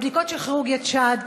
לבדיקות של כירורגיית שד,